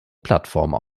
plattformen